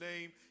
name